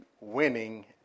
winning